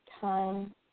time